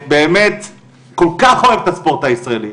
שבאמת כל כך אוהב את עולם הספורט הישראלי,